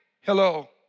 Hello